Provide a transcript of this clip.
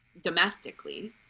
domestically